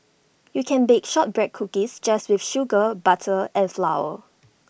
you can bake Shortbread Cookies just with sugar butter and flour